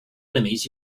enemies